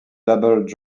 double